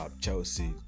Chelsea